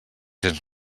cents